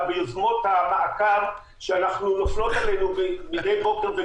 ביוזמות המעקב שנופלות עלינו מדי בוקר.